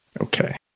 Okay